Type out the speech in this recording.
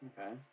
Okay